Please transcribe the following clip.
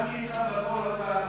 הסכמתי אתך בכול, רק